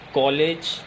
college